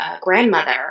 grandmother